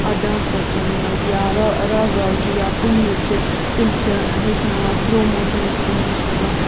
اَتھ ڈانسٲرسَن منٛز یا راگو چھُ یا پُنیٖت چھُ تِم چھِ ہیٚچھناوان سُلو موشن چھِ تِم ہیٚچھناوان